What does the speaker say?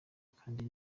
kandi